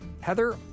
Heather